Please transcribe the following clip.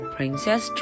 Princess